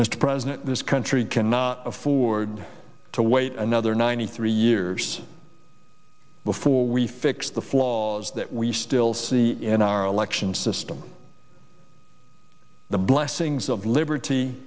president this country cannot afford to wait another ninety three years before we fix the flaws that we still see in our election system the blessings of liberty